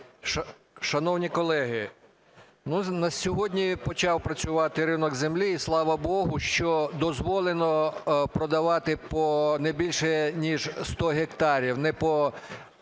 Шановні колеги, на сьогодні почав працювати ринок землі. І слава богу, що дозволено продавати по не більше ніж 100 гектарів.